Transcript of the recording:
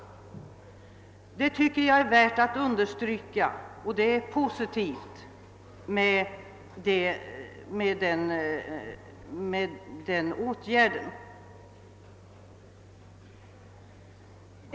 Detta tycker jag är värt att understryka; det är en positiv åtgärd.